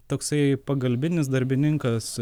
toksai pagalbinis darbininkas